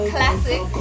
Classic